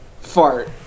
fart